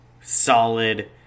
solid